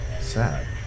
sad